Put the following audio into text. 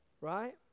right